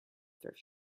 thrift